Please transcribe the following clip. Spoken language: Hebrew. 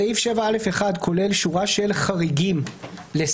סעיף 7(א)(1) כולל שורה של חריגים לסגר,